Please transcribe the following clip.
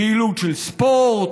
פעילות של ספורט,